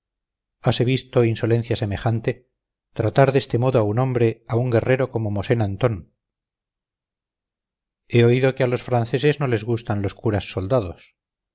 campo hase visto insolencia semejante tratar de este modo a un hombre a un guerrero como mosén antón he oído que a los franceses no les gustan los curas soldados